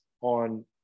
on